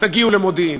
תגיעו למודיעין.